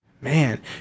Man